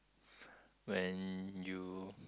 when you